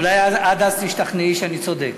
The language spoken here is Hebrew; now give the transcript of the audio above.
אולי עד אז תשתכנעי שאני צודק.